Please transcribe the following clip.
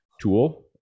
tool